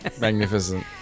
Magnificent